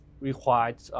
required